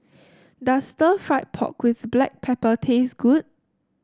does stir fry pork with Black Pepper taste good